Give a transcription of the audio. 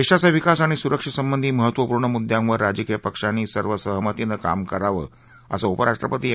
देशाचा विकास आणि सुरक्षेसंबधी महत्वपूर्ण मुद्यांवर राजकीय पक्षांनी सर्वसहमतीनं काम करावं असं उपराष्ट्रपती एम